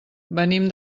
venim